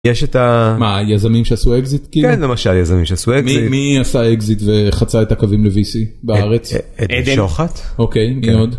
יש את ה... מה? היזמים שעשו אקזיט כאילו? כן, למשל יזמים שעשו אקזיט... מי עשה אקזיט וחצה את הקווים ל-VC בארץ? אדן שוחט? אוקיי. מי עוד?